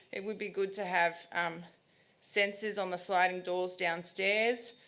it would be good to have um sensors on the sliding doors downstairs,